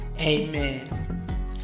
Amen